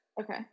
Okay